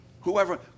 whoever